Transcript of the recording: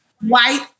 white